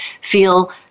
feel